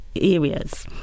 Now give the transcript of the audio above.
areas